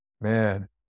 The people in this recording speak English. man